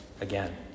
again